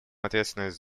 ответственность